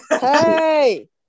Hey